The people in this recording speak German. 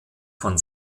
von